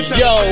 yo